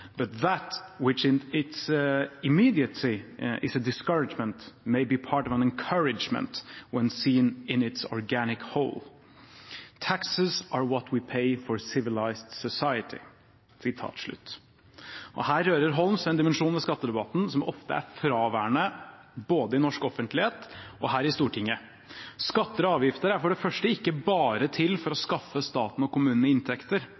but that which in its immediacy is a discouragement may be part of an encouragement when seen in its organic connection with the whole. Taxes are what we pay for civilized society». Her rører Holmes ved en dimensjon ved skattedebatten som ofte er fraværende både i norsk offentlighet og her i Stortinget. Skatter og avgifter er for det første ikke bare til for å skaffe staten og kommunene inntekter,